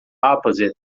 opposite